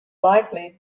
likely